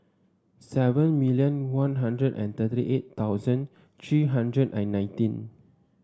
seven million One Hundred and thirty eight thousand three hundred and nineteen